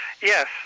Yes